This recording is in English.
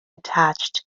attached